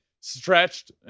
Stretched